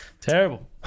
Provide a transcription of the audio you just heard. Terrible